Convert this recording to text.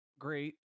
Great